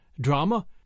drama